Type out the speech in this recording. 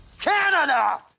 Canada